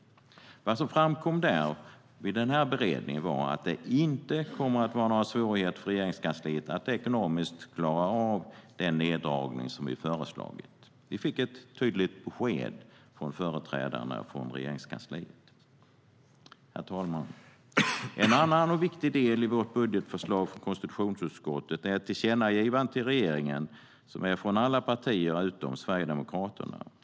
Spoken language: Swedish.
Vad som framkom vid denna beredning var att det inte kommer att vara några svårigheter för Regeringskansliet att ekonomiskt klara av den neddragning som vi föreslagit. Vi fick ett tydligt besked från företrädarna för Regeringskansliet.Herr talman! En annan och viktig del i vårt budgetförslag från konstitutionsutskottet är ett tillkännagivande till regeringen från alla partier utom Sverigedemokraterna.